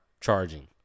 charging